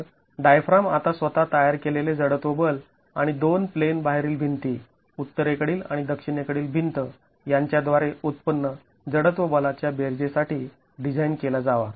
तर डायफ्राम आता स्वतः तयार केलेले जडत्व बल आणि दोन प्लेन बाहेरील भिंती उत्तरेकडील आणि दक्षिणेकडील भिंत यांच्या द्वारे उत्पन्न जडत्व बलाच्या बेरजे साठी डिझाईन केला जावा